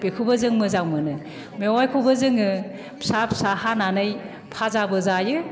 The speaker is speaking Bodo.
बेखौबो जों मोजां मोनो मेवाइखौबो जोङो फिसा फिसा हानानै फाजाबो जायो